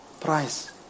price